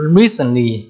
recently